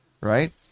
right